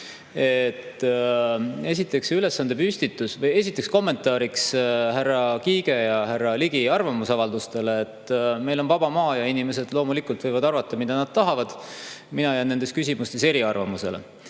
Esiteks, see ülesande püstitus või kommentaariks härra Kiige ja härra Ligi arvamusavaldustele: meil on vaba maa ja inimesed loomulikult võivad arvata, mida nad tahavad. Mina jään nendes küsimustes eriarvamusele. Aga